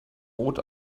rot